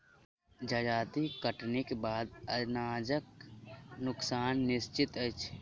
जजाति कटनीक बाद अनाजक नोकसान निश्चित अछि